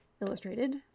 illustrated